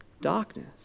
Darkness